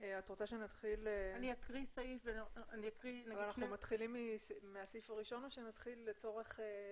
אנחנו מתחילים מהסעיף הראשון או שנשמע קודם